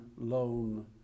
lone